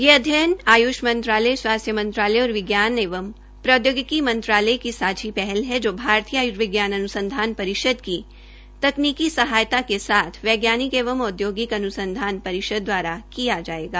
यह अध्ययन आयुष मंत्रालय स्वास्थ्य मंत्रालय और विज्ञान व प्रौद्योगिकी मंत्रालय की सांझी पहल है जो भारतीय आयुर्विज्ञान अनुसंधान परिषद की तकनीकी सहायता के साथ वैज्ञानिक एवं औद्योगिक अनुसंधान परिषद द्वारा किया जायेगा